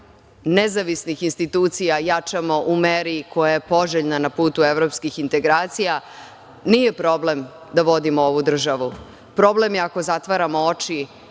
nezavisnih institucija jačamo u meri koja je poželjna na putu evropskih integracija. Nije problem da vodimo ovu državu. Problem je ako zatvaramo oči